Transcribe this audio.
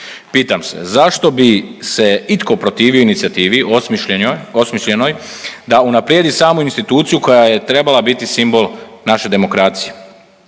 Pitam se, zašto bi se itko protivio inicijativi osmišljenoj da unaprijedi samu instituciju koja je trebala biti simbol naše demokracije?